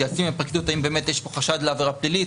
מתייעצים עם הפרקליטות האם באמת יש פה חשד לעבירה פלילית,